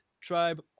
tribe